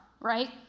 Right